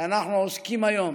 שאנחנו עוסקים היום